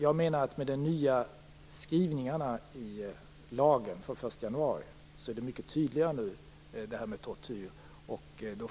Jag menar att med de nya skrivningarna i lagen från den 1 januari har det här med tortyr blivit mycket tydligare.